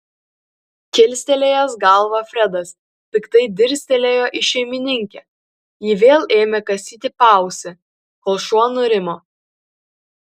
kilstelėjęs galvą fredas piktai dirstelėjo į šeimininkę ji vėl ėmė kasyti paausį kol šuo nurimo